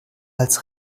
als